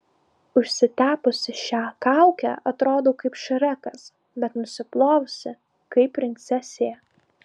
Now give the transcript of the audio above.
užsitepusi šią kaukę atrodau kaip šrekas bet nusiplovusi kaip princesė